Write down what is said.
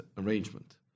arrangement